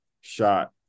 shot